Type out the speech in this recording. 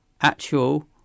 actual